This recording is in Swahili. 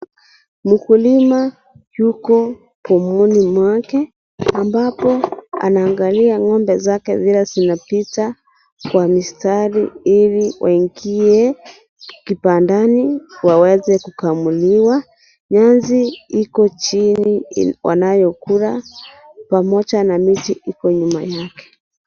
Mkulima yupo pomoni mwake ambapo anaangalia ng'ombe zake vile zinapita kwa mistari ili waingie kibandani waweze kukamuliwa. Nyasi iko chini wanayokula pamoja na miti iko nyuma yake.